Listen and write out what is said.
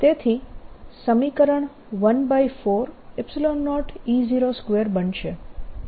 તેથી સમીકરણ 140E02 બનશે